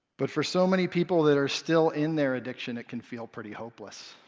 but for so many people that are still in their addiction, it can feel pretty hopeless.